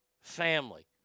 family